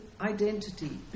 identity